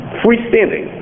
freestanding